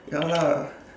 ya lah